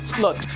Look